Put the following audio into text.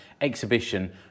exhibition